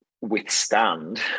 withstand